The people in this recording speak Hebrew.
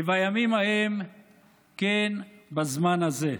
כבימים ההם כן בזמן הזה.